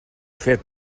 fet